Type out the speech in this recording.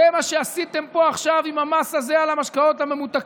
זה מה שעשיתם פה עכשיו עם המס הזה על המשקאות הממותקים,